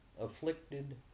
afflicted